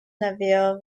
neville